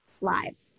lives